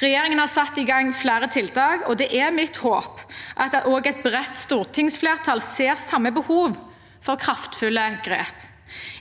Regjeringen har satt i gang flere tiltak, og det er mitt håp at også et bredt stortingsflertall ser samme behov for kraftfulle grep.